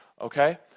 Okay